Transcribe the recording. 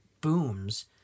booms